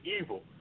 evil